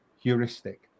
heuristic